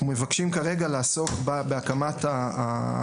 אנחנו מבקשים כרגע לעסוק בהקמת ועדת המשנה שעוסקת באלימות.